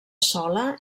sola